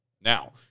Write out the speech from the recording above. Now